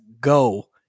go